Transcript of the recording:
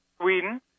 Sweden